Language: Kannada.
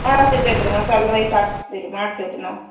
ಹಾಂ ಸಿಕ್ತೈತೆ ರೀ ಮಸಾಲೆ ರೈಸ್ ಹಾಕಿ ಮಾಡ್ತೀವಿ ರೀ ನಾವು